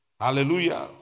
Hallelujah